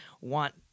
want